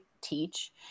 teach